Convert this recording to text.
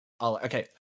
Okay